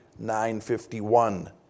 9.51